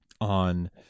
on